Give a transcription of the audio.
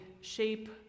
shape